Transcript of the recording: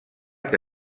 que